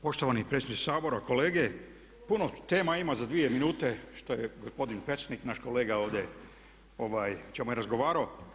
Poštovani predsjedniče Sabora, kolege puno tema ima za dvije minute što je gospodine Pecnik naš kolega ovdje, o čemu je razgovarao.